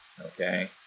okay